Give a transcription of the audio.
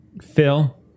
Phil